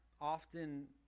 often